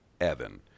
Evan